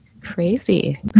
Crazy